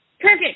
Perfect